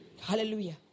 Hallelujah